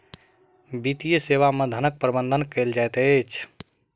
वित्तीय सेवा मे धनक प्रबंध कयल जाइत छै